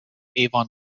avon